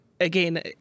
again